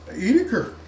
Edeker